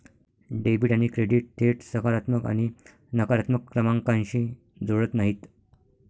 debit आणि credit थेट सकारात्मक आणि नकारात्मक क्रमांकांशी जुळत नाहीत